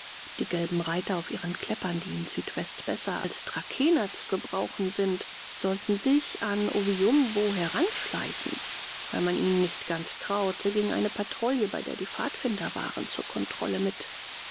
die gelben reiter auf ihren kleppern die in südwest besser als trakehner zu gebrauchen sind sollten sich an oviumbo heranschleichen weil man ihnen nicht ganz traute ging eine patrouille bei der die pfadfinder waren zur kontrolle mit